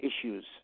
issues